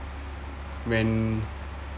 when